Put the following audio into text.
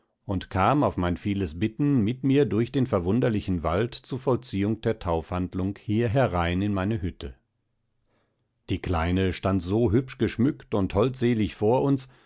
und kam auf mein vieles bitten mit mir durch den verwunderlichen wald zu vollziehung der taufhandlung hier herein in meine hütte die kleine stand so hübsch geschmückt und holdselig vor uns